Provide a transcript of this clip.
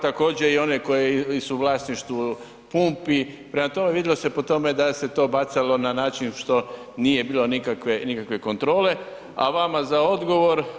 Također, i one koje su u vlasništvu pumpi, prema tome, vidlo se po tome da se to bacalo na način što nije bilo nikakve kontrole, a vama za odgovor.